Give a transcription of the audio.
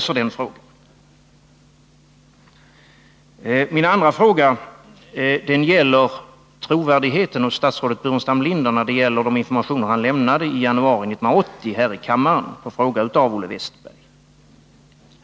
7 Min andra fråga gäller trovärdigheten hos statsrådet Burenstam Linder när det gäller de informationer han lämnade i januari 1980 här i kammaren på fråga av Olle Wästberg.